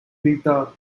rita